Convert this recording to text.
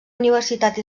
universitat